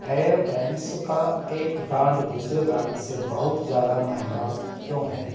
hair bands का एक brand दूसरे ब्रांड से बहुत ज़्यादा महंगा क्यों है